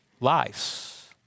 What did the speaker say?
Lives